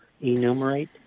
enumerate